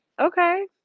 okay